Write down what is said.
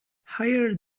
higher